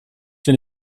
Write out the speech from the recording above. wenn